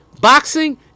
boxing